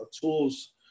tools